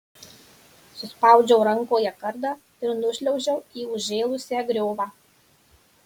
suspaudžiau rankoje kardą ir nušliaužiau į užžėlusią griovą